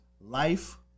Life